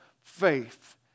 faith